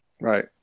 right